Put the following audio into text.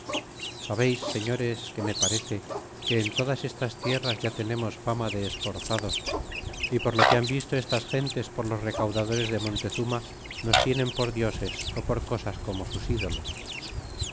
sabeis señores que me parece que en todas estas tierras ya tenemos fama de esforzados y por lo que han visto estas gentes por los recaudadores de montezuma nos tienen por dioses ó por cosas como sus ídolos